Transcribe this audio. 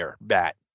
Bat